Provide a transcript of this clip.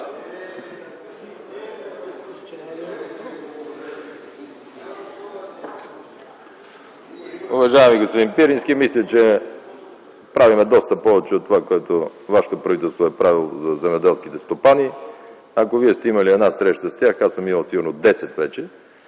Уважаеми господин Пирински, мисля, че правим доста повече от това, което вашето правителство е правило за земеделските стопани. Ако Вие сте имали една среща с тях, аз сигурно съм